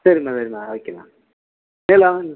சரிம்மா சரிம்மா ஓகேம்மா